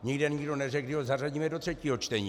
Nikde nikdo neřekl, kdy ho zařadíme do třetího čtení.